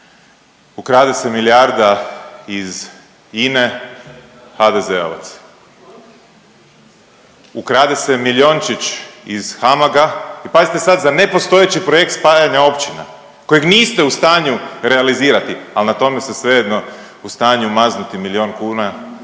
ukrade se milijarda iz INE HDZ-ovac, ukrade se miliončić iz HAMAG-a i pazite sad za nepostojeći projekt spajanja općina kojeg niste u stanju realizirati, ali na tome ste svejedno u stanju maznuti milion kuna